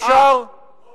לא